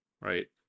right